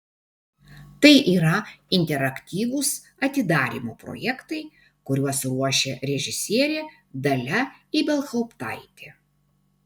tai yra interaktyvūs atidarymo projektai kuriuos ruošia režisierė dalia ibelhauptaitė